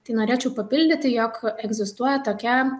tai norėčiau papildyti jog egzistuoja tokia